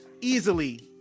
easily